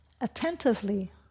attentively